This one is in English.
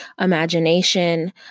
imagination